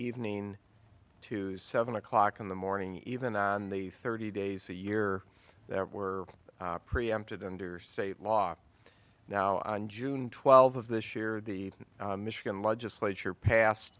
evening to seven o'clock in the morning even than the thirty days a year that were preempted under state law now on june twelfth of this year the michigan legislature pass